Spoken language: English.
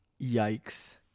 yikes